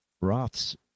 Roth's